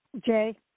Jay